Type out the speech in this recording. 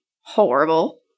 horrible